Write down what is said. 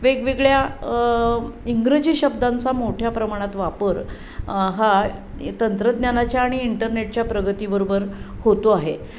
वेगवेगळ्या इंग्रजी शब्दांचा मोठ्या प्रमाणात वापर हा तंत्रज्ञानाच्या आणि इंटरनेटच्या प्रगतीबरोबर होतो आहे